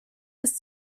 ist